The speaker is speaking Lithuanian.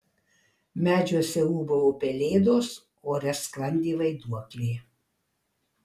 medžiuose ūbavo pelėdos ore sklandė vaiduokliai